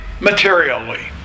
materially